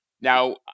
now